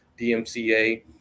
DMCA